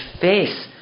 face